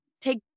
Take